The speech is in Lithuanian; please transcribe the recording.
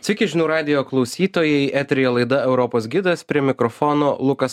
sveiki žinių radijo klausytojai eteryje laida europos gidas prie mikrofono lukas